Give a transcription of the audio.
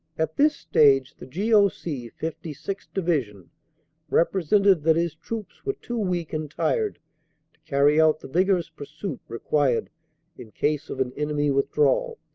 at this stage the g o c. fifty sixth. divi sion represented that his troops were too weak and tired to carry out the vigorous pursuit required in case of an enemy withdrawal.